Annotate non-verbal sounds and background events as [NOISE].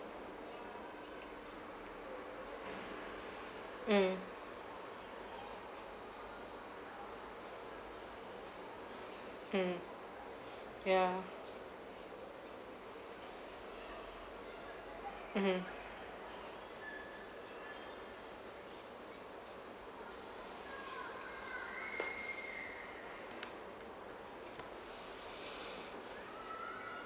mm mm [BREATH] yeah mmhmm [BREATH]